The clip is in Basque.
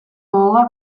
gogoa